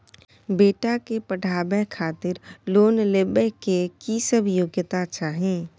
बेटा के पढाबै खातिर लोन लेबै के की सब योग्यता चाही?